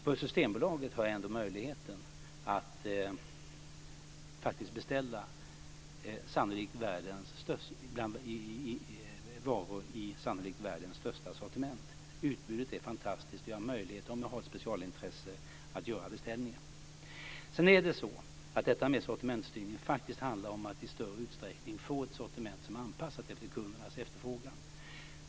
På Systembolaget har jag ändå möjligheten att beställa varor i sannolikt världens största sortiment. Utbudet är fantastiskt. Om jag har ett specialintresse har jag möjlighet att göra beställningen. Sortimentsstyrningen handlar faktiskt om att i större utsträckning få ett sortiment som är anpassat efter kundernas efterfrågan.